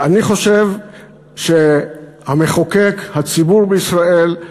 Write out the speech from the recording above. אני חושב שהמחוקק, הציבור בישראל,